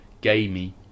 gamey